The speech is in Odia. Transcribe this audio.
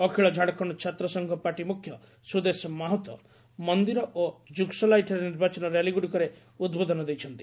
ଅଖିଳ ଝାଡ଼ଖଣ୍ଡ ଛାତ୍ରସଂଘ ପାର୍ଟି ମୁଖ୍ୟ ସୁଦେଶ ମାହତୋ ମନ୍ଦିର ଓ ଜୁଗସଲାଇଠାରେ ନିର୍ବାଚନ ର୍ୟାଲିଗୁଡ଼ିକରେ ଉଦ୍ବୋଧନ ଦେଇଛନ୍ତି